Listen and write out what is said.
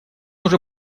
уже